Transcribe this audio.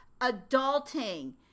Adulting